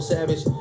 Savage